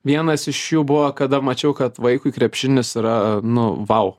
vienas iš jų buvo kada mačiau kad vaikui krepšinis yra nu vau